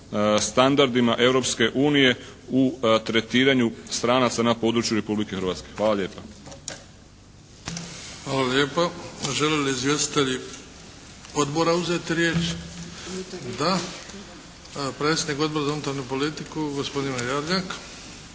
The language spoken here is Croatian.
unije u tretiranju stranaca na području Republike Hrvatske. Hvala lijepa. **Bebić, Luka (HDZ)** Hvala lijepa. Žele li izvjestitelji odbora uzeti riječ? Da. Predsjednik Odbora za unutarnju politiku, gospodin Ivan Jarnjak.